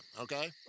okay